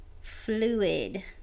fluid